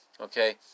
okay